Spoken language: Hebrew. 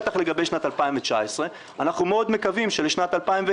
בטח לגבי שנת 2019. אנחנו מאוד מקווים שבשנת 2020,